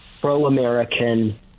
pro-American –